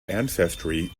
ancestry